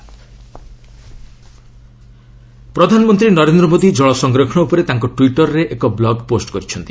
PM ପ୍ରଧାନମନ୍ତ୍ରୀ ନରେନ୍ଦ୍ର ମୋଦି ଜଳ ସଂରକ୍ଷଣ ଉପରେ ତାଙ୍କ ଟ୍ୱିଟର୍ରେ ଏକ ବ୍ଲଗ୍ ପୋଷ୍ଟ କରିଛନ୍ତି